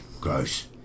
Gross